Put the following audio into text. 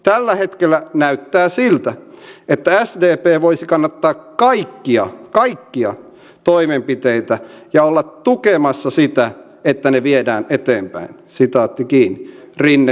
tällä hetkellä näyttää siltä että sdp voisi kannattaa kaikkia kaikkia toimenpiteitä ja olla tukemassa sitä että ne viedään eteenpäin rinne totesi